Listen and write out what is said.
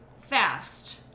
fast